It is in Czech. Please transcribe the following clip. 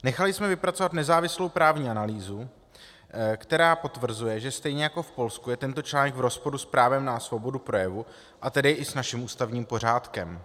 Nechali jsme vypracovat nezávislou právní analýzu, která potvrzuje, že stejně jako v Polsku je tento článek v rozporu s právem na svobodu projevu, a tedy i s naším ústavním pořádkem.